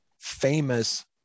famous